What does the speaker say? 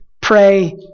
pray